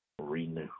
renew